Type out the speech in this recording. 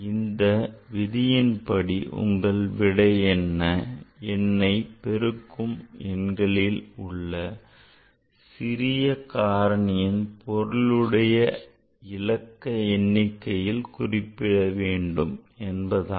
இந்த விதியின் படி உங்கள் விடை எண்ணை பெருக்கும் எண்களில் உள்ள சிறிய காரணியின் பொருளுடைய இலக்க எண்ணிக்கையில் குறிப்பிட வேண்டும் என்பதாகும்